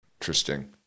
Interesting